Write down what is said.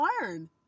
learn